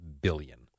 billion